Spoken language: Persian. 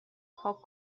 پاک